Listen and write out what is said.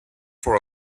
for